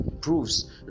proves